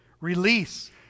Release